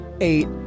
eight